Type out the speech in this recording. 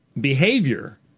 behavior